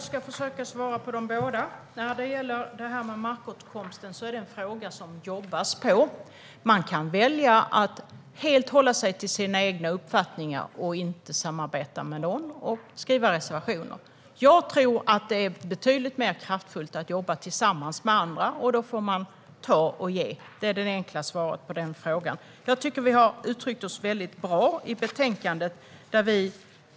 Herr talman! Jag ska försöka svara på båda frågorna. Markåtkomsten är en fråga som det jobbas med. Man kan välja att hålla sig helt till sina egna uppfattningar, inte samarbeta med någon och skriva reservationer. Jag tror att det är betydligt mer kraftfullt att jobba tillsammans med andra. Då får man ta och ge. Det är det enkla svaret på den frågan. Jag tycker att vi har uttryckt oss bra i betänkandet.